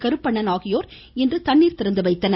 கருப்பண்ணன் ஆகியோர் இன்று தண்ணீர் திறந்து வைத்தனர்